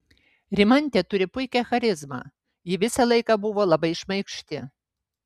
rimantė turi puikią charizmą ji visą laiką buvo labai šmaikšti